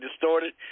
distorted